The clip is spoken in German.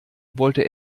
wollte